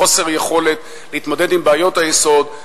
חוסר יכולת להתמודד עם בעיות היסוד,